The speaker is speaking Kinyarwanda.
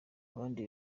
abandi